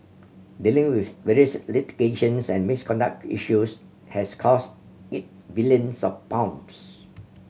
dealing with various litigations and misconduct issues has cost it billions of pounds